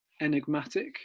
enigmatic